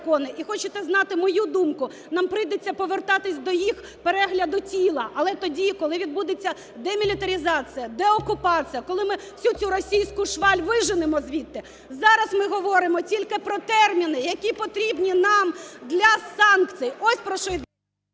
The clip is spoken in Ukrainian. і хочете знати мою думку, нам прийдеться повертатися до їх перегляду тіла. Але тоді, коли відбудуться демілітаризація, деокупація, коли ми оцю російську шваль виженемо звідти. Зараз ми говоримо тільки про терміни, які потрібні нам для санкцій.